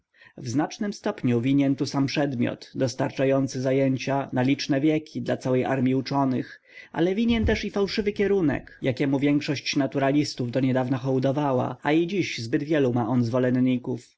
zoologów w znacznym stopniu winien tu sam przedmiot dostarczający zajęcia na liczne wieki dla całych armij uczonych ale winien też i fałszywy kierunek jakiemu większość naturalistów do niedawna hołdowała a i dziś zbyt wielu ma on zwolenników